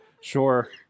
Sure